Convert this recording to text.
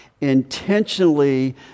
intentionally